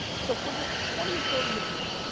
so for the twenty or thirty of you,